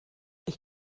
ich